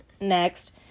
next